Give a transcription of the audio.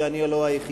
ואני לא היחידי.